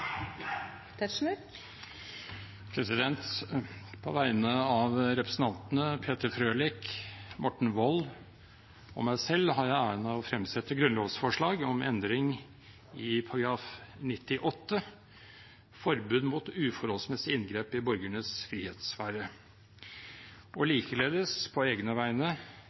På vegne av representantene Peter Frølich, Morten Wold og meg selv har jeg æren av å fremsette et grunnlovsforslag om endring i § 98, forbud mot uforholdsmessig inngrep i borgernes frihetssfære – og likeledes, på egne